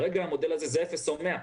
כרגע המודל הזה הוא אפס או מאה.